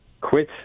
quit